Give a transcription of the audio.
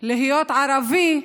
להיות ערבי,